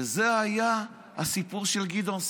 וזה היה הסיפור של גדעון סער.